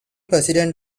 president